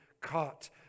caught